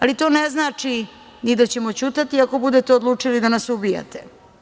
Ali, to ne znači ni da ćemo ćutati, ako budete odlučili da nas ubijate.